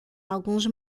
alguns